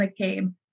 McCabe